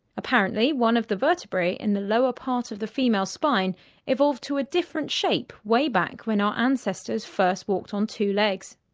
apparently one of the vertebrae in the lower part of the female spine evolved to a different shape way back when our ancestors first walked on two legs.